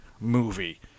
movie